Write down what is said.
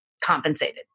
compensated